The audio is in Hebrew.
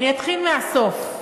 אני אתחיל מהסוף.